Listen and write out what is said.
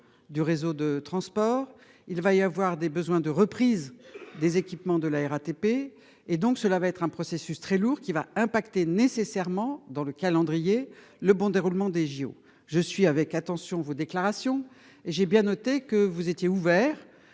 du réseau de transport, il va y avoir des besoins de reprise des équipements de la RATP et donc cela va être un processus très lourd qui va impacter nécessairement dans le calendrier. Le bon déroulement des JO. Je suis avec attention vos déclarations et j'ai bien noté que vous étiez ouvert